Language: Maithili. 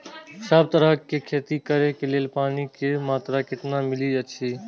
सब तरहक के खेती करे के लेल पानी के मात्रा कितना मिली अछि?